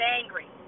angry